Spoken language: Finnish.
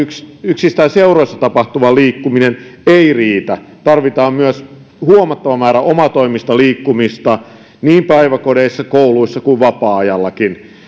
yksistään seuroissa tapahtuva liikkuminen ei riitä tarvitaan myös huomattava määrä omatoimista liikkumista niin päiväkodeissa kouluissa kuin vapaa ajallakin